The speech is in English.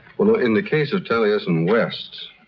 in the case of taliesin west,